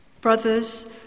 Brothers